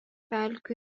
pelkių